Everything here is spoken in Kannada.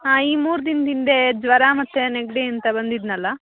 ಹಾಂ ಈ ಮೂರು ದಿನ್ದ ಹಿಂದೆ ಜ್ವರ ಮತ್ತು ನೆಗಡಿ ಅಂತ ಬಂದಿದ್ದೆನಲ್ಲ